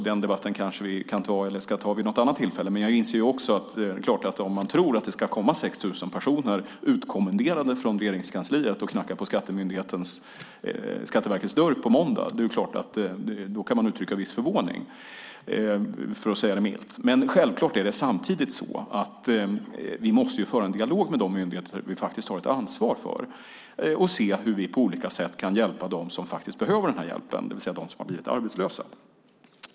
Den debatten kanske vi ska ta vid något annat tillfälle, men jag inser också att om man tror att det ska komma 6 000 personer utkommenderade från Regeringskansliet och knacka på Skatteverkets dörr på måndag är det klart att man kan uttrycka viss förvåning, för att säga det milt. Men självklart är det samtidigt så att vi måste föra en dialog med de myndigheter som vi har ansvar för och se hur vi på olika sätt kan hjälpa dem som behöver den här hjälpen, det vill säga dem som har blivit arbetslösa.